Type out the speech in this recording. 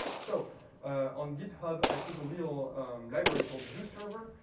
so on github, i put a little library called u server.